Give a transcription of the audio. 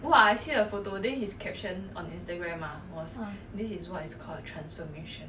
ah